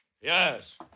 Yes